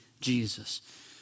Jesus